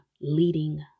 leading